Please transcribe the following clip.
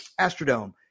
Astrodome